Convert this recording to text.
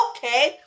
Okay